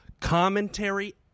commentary